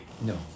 No